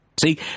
See